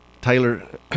Taylor